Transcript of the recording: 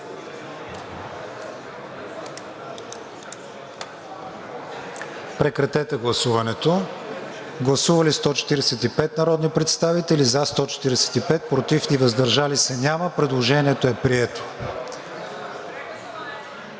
прегласуване. Гласували 147 народни представители: за 147, против и въздържали се няма. Предложението е прието.